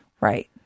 Right